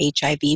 HIV